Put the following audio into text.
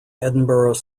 edinburgh